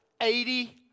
Eighty